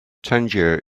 tangier